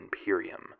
Imperium